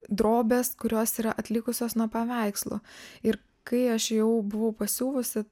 drobes kurios yra atlikusios nuo paveikslų ir kai aš jau buvau pasiuvusi